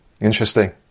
interesting